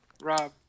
rob